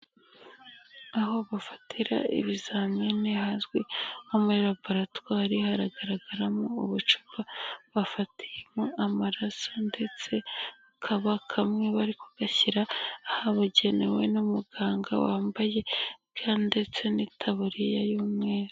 Aho bafatira ibizamini hazwi nko muri laboratwari haragaragaramo ubucupa bafatiyemo amaraso ndetse akaba kamwe bari kugashyira ahabugenewe n'umuganga wambaye ga ndetse n'itaburiya y'umweru..